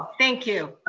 thank you.